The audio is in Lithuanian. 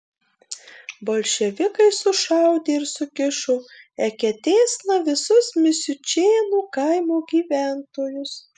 bolševikai sušaudė ir sukišo eketėsna visus misiučėnų kaimo gyventojus